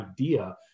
idea